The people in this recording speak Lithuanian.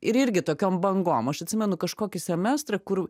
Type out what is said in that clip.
ir irgi tokiom bangom aš atsimenu kažkokį semestrą kur